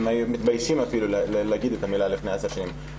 הם התביישו להגיד את המילה לפני עשר שנים.